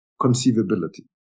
conceivability